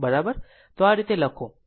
તો આ રીતે લખો